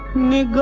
need